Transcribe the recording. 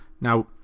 Now